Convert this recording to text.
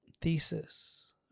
thesis